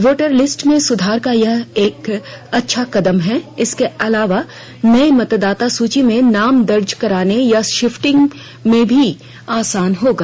voter list में सुधार का यह एक अच्छा कदम है इसके अलावा नए मतदाता सूची में नाम दर्ज करने या शिफ्टिंग में भी आसान होगा